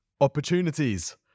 Opportunities